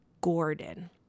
Gordon